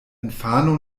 infano